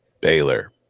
Baylor